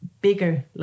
bigger